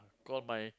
call my